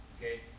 okay